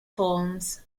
forms